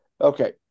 okay